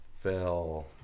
Fell